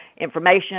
information